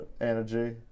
energy